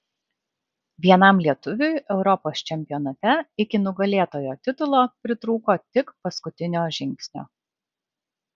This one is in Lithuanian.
vienam lietuviui europos čempionate iki nugalėtojo titulo pritrūko tik paskutinio žingsnio